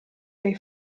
dei